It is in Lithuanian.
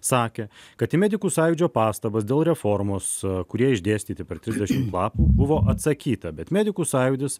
sakė kad į medikų sąjūdžio pastabas dėl reformos kurie išdėstyti per trisdešimt lapų buvo atsakyta bet medikų sąjūdis